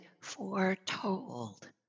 foretold